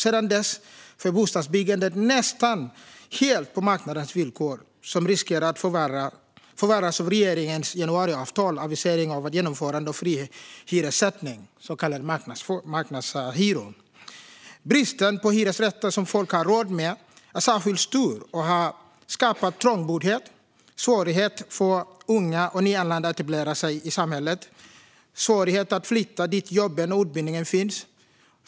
Sedan dess sker bostadsbyggandet nästan helt på marknadens villkor, vilket riskerar att förvärras av regeringens januariavtal med avisering av genomförande av frihyressättning, så kallade marknadshyror. Bristen på hyresrätter som folk har råd med är särskilt stor och har skapat trångboddhet och svårighet för unga och nyanlända att etablera sig i samhället och svårighet att flytta dit där jobben och utbildningen finns.